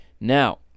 Now